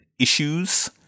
issues